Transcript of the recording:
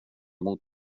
mot